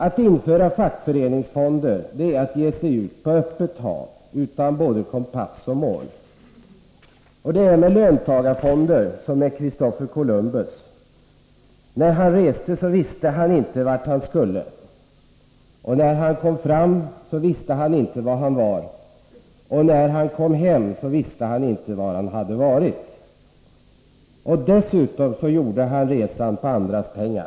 Att införa fackföreningsfonder är att ge sig ut på öppet hav utan både kompass och mål. Det är med löntagarfonder som med Christofer Columbus. När han reste visste han inte vart han skulle, när han kom fram visste han inte var han var, och när han kom hem visste han inte var han hade varit. Och dessutom gjorde han resan på andras pengar.